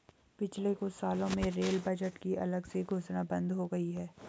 पिछले कुछ सालों में रेल बजट की अलग से घोषणा बंद हो गई है